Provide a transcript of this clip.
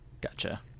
Gotcha